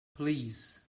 please